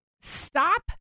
stop